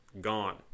gone